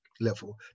level